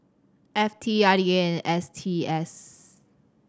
F T I D A and S T S